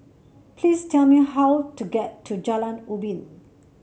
please tell me how to get to Jalan Ubin